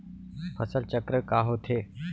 फसल चक्र का होथे?